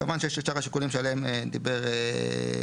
כמובן שיש את שאר השיקולים שעליהם דיבר איציק.